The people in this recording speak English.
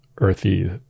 earthy